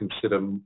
consider